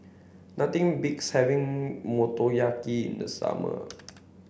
nothing beats having Motoyaki in the summer